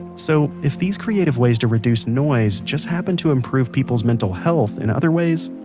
so if these creative ways to reduce noise just happen to improve people's mental health in other ways,